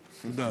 בסדר?